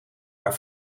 haar